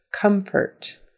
Comfort